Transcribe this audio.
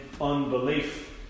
unbelief